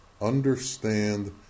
understand